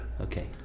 Okay